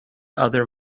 other